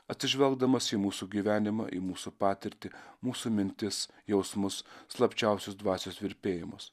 atsižvelgdamas į mūsų gyvenimą į mūsų patirtį mūsų mintis jausmus slapčiausius dvasios virpėjimus